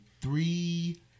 three